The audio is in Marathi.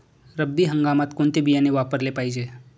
रब्बी हंगामात कोणते बियाणे वापरले पाहिजे?